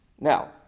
Now